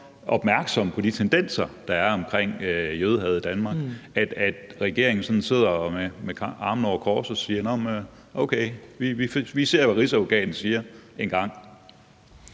opmærksomme på de tendenser, der er omkring jødehad i Danmark, så sidder med armene over kors og siger: Nå, men okay, vi ser, hvad Rigsadvokaten siger engang.